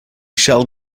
shall